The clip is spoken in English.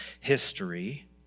history